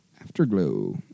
Afterglow